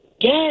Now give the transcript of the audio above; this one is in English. Yes